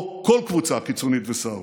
או של קבוצה קיצונית וסהרורית.